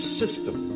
system